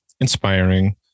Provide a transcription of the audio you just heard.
inspiring